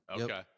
Okay